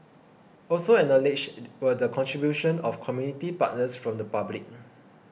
also acknowledged were the contributions of community partners from the public